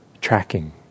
tracking